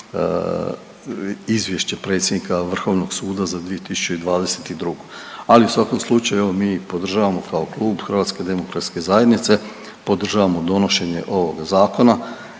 izvješće predsjednika Vrhovnog suda za 2022.. Ali u svakom slučaju mi podržavamo kao klub HDZ-a, podržavamo donošenje ovoga zakona